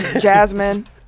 Jasmine